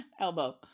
Elbow